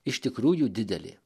iš tikrųjų didelė